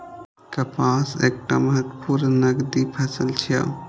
कपास एकटा महत्वपूर्ण नकदी फसल छियै